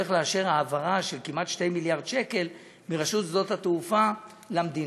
העברה של כמעט 2 מיליארד שקל מרשות שדות התעופה למדינה.